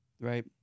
right